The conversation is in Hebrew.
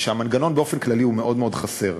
והמנגנון באופן כללי הוא מאוד מאוד חסר.